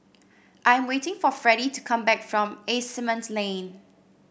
I am waiting for Fredie to come back from Asimont Lane